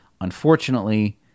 unfortunately